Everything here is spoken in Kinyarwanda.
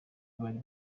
bari